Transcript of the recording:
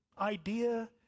idea